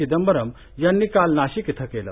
चिदंबरम यांनी काल नाशिक इथं केलं